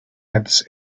heads